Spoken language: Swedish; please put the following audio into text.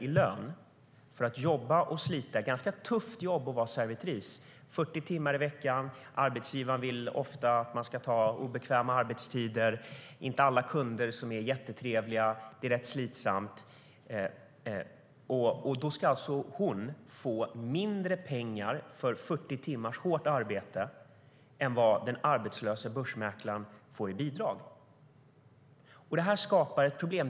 Det är ett ganska tufft jobb att vara servitris: 40 timmar i veckan, arbetsgivaren vill ofta att man ska ta obekväma arbetstider, det är inte alla kunder som är jättetrevliga och det är rätt slitsamt. Hon ska alltså få mindre pengar i lön för 40 timmars hårt arbete än vad den arbetslöse börsmäklaren får i bidrag. Det här skapar ett problem.